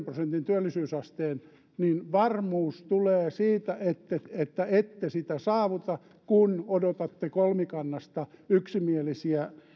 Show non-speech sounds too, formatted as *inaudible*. *unintelligible* prosentin työllisyysasteen vuoteen kahdessakymmenessäkolmessa mennessä niin varmuus tulee siitä että ette sitä saavuta kun odotatte kolmikannasta yksimielisiä